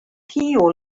kiu